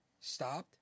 stopped